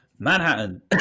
Manhattan